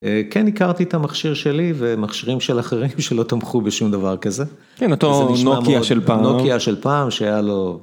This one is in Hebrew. כן הכרתי את המכשיר שלי ומכשירים של אחרים שלא תמכו בשום דבר כזה. כן אותו נוקיה של פעם. נוקיה של פעם שהיה לו...